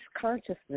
consciousness